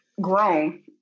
grown